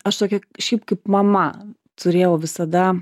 aš tokių šiaip kaip mama turėjau visada